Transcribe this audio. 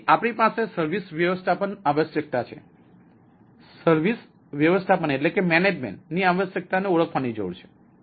પછી આપણી પાસે સર્વિસ વ્યવસ્થાપનની આવશ્યકતા છે સર્વિસ વ્યવસ્થાપનની આવશ્યકતાને ઓળખવાની જરૂર છે